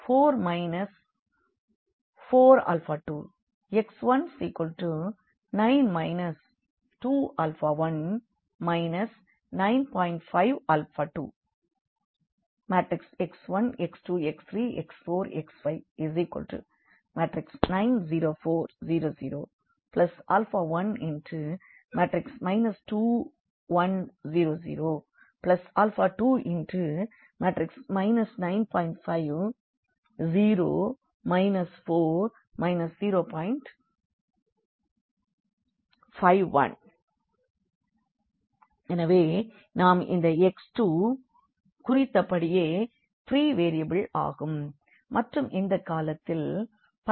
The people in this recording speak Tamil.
5 1 எனவே இந்த x2 நாம் குறித்தபடியே ப்ரீ வேரியபிள்கள் ஆகும் மற்றும் இந்த காலத்தில் பைவோட் உள்ளது